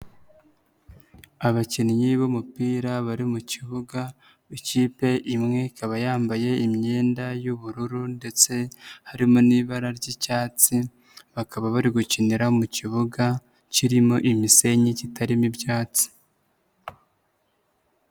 Abakinnyi b'umupira bari mu kibuga, ikipe imwe ikaba yambaye imyenda y'ubururu ndetse harimo n'ibara ry'icyatsi, bakaba bari gukinira mu kibuga kirimo imisenyi kitarimo ibyatsi.